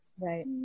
Right